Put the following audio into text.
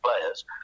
players